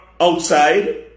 outside